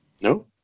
no